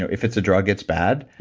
if it's a drug, it's bad.